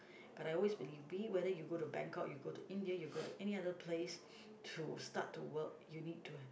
but I always believe be it whether you go to Bangkok you go to India you go to any other place to start to work you need to